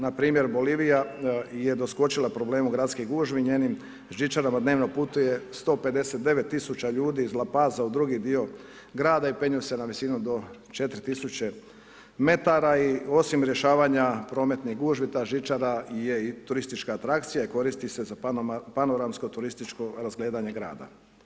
Npr. Bolivija je doskočila problemu gradskih gužvi i njenim žičarama dnevno putuje 159 tisuća ljudi iz Lapaza u drugi dio grada i penju se na visinu do 4 tisuće metara i osim rješavanja prometnih gužvi ta žičara je i turistička atrakcija i koristi se za panoramsko, turističko razgledanje grada.